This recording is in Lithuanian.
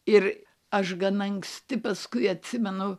ir aš gana anksti paskui atsimenu